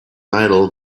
idol